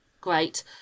Great